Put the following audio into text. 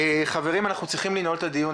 חברים אנחנו צריכים לנעול את הדיון.